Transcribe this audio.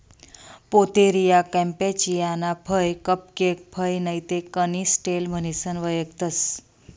Pouteria campechiana फय cupcake फय नैते कॅनिस्टेल म्हणीसन वयखतंस